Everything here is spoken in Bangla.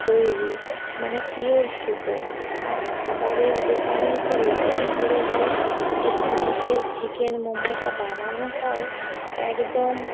তৈরি মানে পিওর সুতো আর খাবারের দোকানেও তো লাইন পড়ে যায় এখানে যে চিকেন মোমোটা বানানো হয় একদম